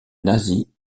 nazis